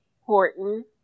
Horton